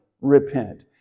repent